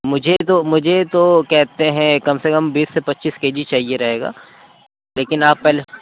مجھے تو مجھے تو کہتے ہیں کم سے کم بیس سے پچیس کے جی چاہیے رہے گا لیکن آپ پہلے